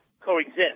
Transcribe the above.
coexist